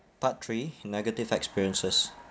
part three negative experiences